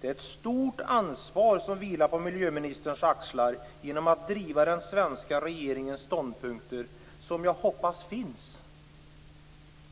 Det är ett stort ansvar som vilar på miljöministerns axlar att driva den svenska regeringens ståndpunkter, som jag hoppas finns